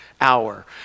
hour